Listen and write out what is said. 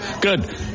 Good